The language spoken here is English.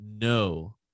No